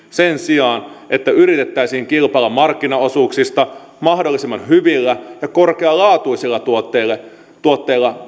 sen sijaan että yritettäisiin kilpailla markkinaosuuksista mahdollisimman hyvillä ja korkealaatuisilla tuotteilla